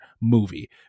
movie